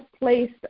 place